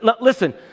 Listen